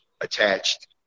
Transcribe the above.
attached